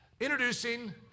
Introducing